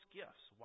gifts